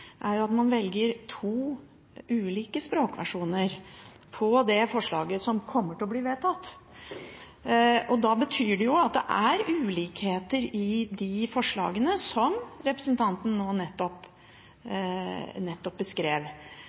jo at det er ulikheter i de forslagene som representanten nå nettopp beskrev.